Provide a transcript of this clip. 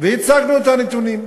והצגנו את הנתונים.